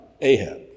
Ahab